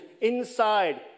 inside